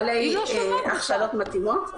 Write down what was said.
בעלי הכשרות מתאימות,